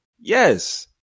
Yes